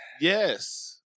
Yes